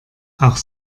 auch